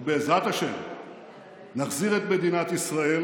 ובעזרת השם נחזיר את מדינת ישראל